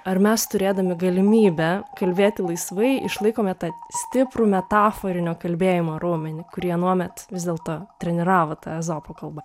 ar mes turėdami galimybę kalbėti laisvai išlaikome tą stiprų metaforinio kalbėjimo raumenį kurį anuomet vis dėlto treniravote ezopo kalba